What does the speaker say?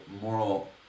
moral